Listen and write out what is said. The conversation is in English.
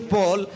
Paul